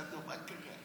שאלתי אותו: מה קרה?